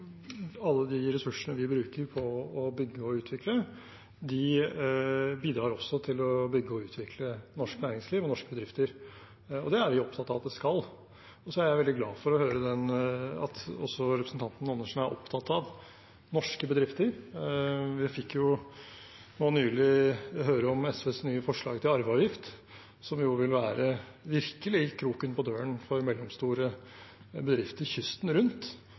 alle de ressursene vi bruker på å bygge og utvikle, bidrar også til å bygge og utvikle norsk næringsliv og norske bedrifter. Det er vi opptatt av at det skal. Så er jeg veldig glad for å høre at også representanten Andersen er opptatt av norske bedrifter. Vi fikk nylig høre om SVs nye forslag til arveavgift, som jo virkelig ville være kroken på døren for mellomstore bedrifter kysten rundt.